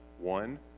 one